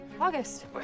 august